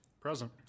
Present